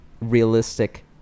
realistic